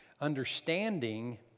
understanding